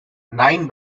nine